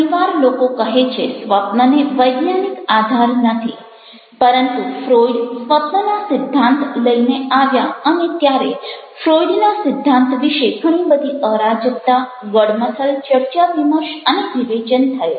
ઘણી વાર લોકો કહે છે સ્વપ્નને વૈજ્ઞાનિક આધાર નથી પરંતુ ફ્રોઇડ સ્વપ્નના સિદ્ધાંત લઈને આવ્યા અને ત્યારે ફ્રોઈડના સિદ્ધાંત વિશે ઘણી બધી અરાજકતા ગડમથલ ચર્ચા વિમર્શ અને વિવેચન થયેલ